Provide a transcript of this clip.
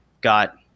got